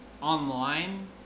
online